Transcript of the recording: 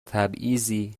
تبعیضی